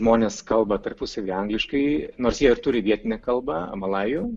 žmonės kalba tarpusavy angliškai nors jie ir turi vietinę kalbą malajų